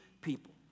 people